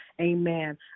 Amen